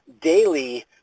Daily